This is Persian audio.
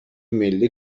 ملی